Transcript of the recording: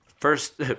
First